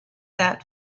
that